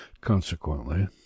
consequently